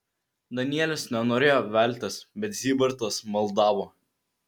danielis nenorėjo veltis bet zybartas maldavo